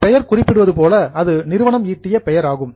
பெயர் குறிப்பிடுவதுபோல அது நிறுவனம் ஈட்டிய நற்பெயர் ஆகும்